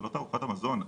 זה לא תערוכת המזון,